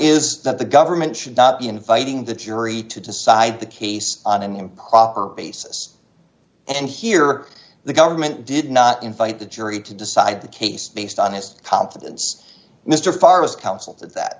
is that the government should not be inviting the jury to decide the case on an improper basis and here the government did not invite the jury to decide the case based on his competence mr forrest counsel that